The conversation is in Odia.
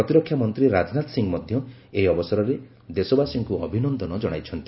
ପ୍ରତିରକ୍ଷାମନ୍ତ୍ରୀ ରାଜନାଥ ସିଂ ମଧ୍ୟ ଏହି ଅବସରରେ ଦେଶବାସୀଙ୍କୁ ଅଭିନନ୍ଦନ ଜଣାଇଛନ୍ତି